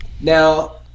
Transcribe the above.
Now